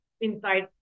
inside